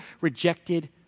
rejected